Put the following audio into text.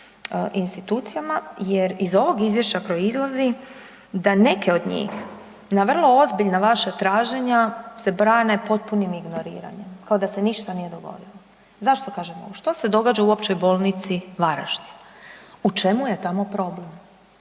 institucijama jer iz ovog Izvješća proizlazi da neke od njih na vrlo ozbiljna vaša traženja se brane potpunim ignoriranjem, kao da se ništa nije dogodilo. Zašto kažem ovo? Što se događa u Općoj bolnici Varaždin? U čemu je tamo problem?